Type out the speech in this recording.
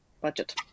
budget